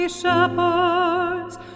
shepherds